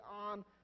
on